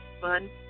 fun